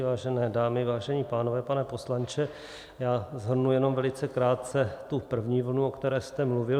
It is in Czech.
Vážené dámy, vážení pánové, pane poslanče, já shrnu jenom velice krátce tu první vlnu, o které jste mluvil.